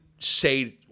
say